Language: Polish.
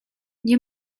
nie